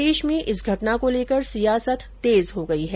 प्रदेष में इस घटना को लेकर सियासत तेज हो गयी है